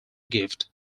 gift